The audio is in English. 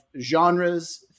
genres